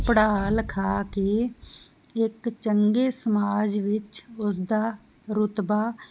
ਪੜਾ ਲਿਖਾ ਕੇ ਇੱਕ ਚੰਗੇ ਸਮਾਜ ਵਿੱਚ ਉਸਦਾ ਰੁਤਬਾ